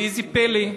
אבל איזה פלא,